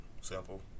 Simple